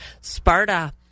Sparta